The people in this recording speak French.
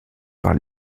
par